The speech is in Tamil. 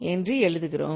என்று எழுதுகிறோம்